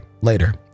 later